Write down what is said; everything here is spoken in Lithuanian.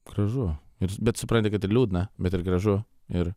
gražu ir bet suprati kad ir liūdna bet ir gražu ir